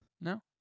No